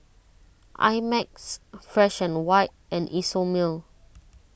I Max Fresh and White and Isomil